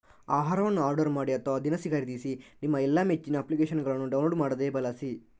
ಆಹಾರವನ್ನು ಆರ್ಡರ್ ಮಾಡಿ ಅಥವಾ ದಿನಸಿ ಖರೀದಿಸಿ ನಿಮ್ಮ ಎಲ್ಲಾ ಮೆಚ್ಚಿನ ಅಪ್ಲಿಕೇಶನ್ನುಗಳನ್ನು ಡೌನ್ಲೋಡ್ ಮಾಡದೆಯೇ ಬಳಸಿ